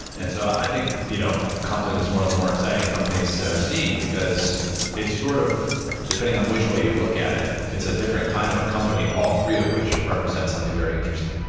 and so i think you know confluent is one of the more exciting companies that i've seen, because it's sort of depending on which way you look at it, it's a different kind of a company all three of which represent something very interesting.